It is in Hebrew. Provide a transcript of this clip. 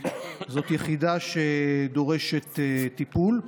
זאת יחידה שדורשת טיפול.